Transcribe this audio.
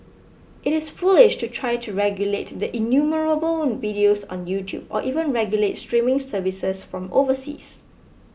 it is foolish to try to regulate the innumerable videos on YouTube or even regulate streaming services from overseas